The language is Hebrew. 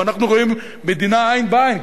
אם אנחנו רואים מדינה עין בעין,